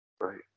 Right